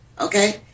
Okay